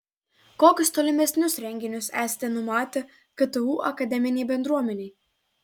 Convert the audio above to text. kokius tolimesnius renginius esate numatę ktu akademinei bendruomenei